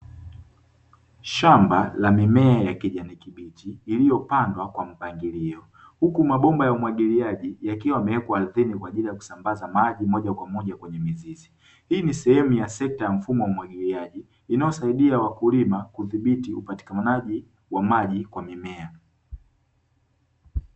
Shamba la mimea ya kijani kibichi iliyopangwa kwa mpangilio, huku mabomba ya umwagiliaji yakiwa yamewekwa ardhini kwa ajili ya kusambaza maji moja kwa moja kwenye mizizi. Hii ni sehemu ya sekta ya mfumo wa umwagiliaji inayosaidia wakulima kudhibiti upatikanaji wa maji kwa mimea.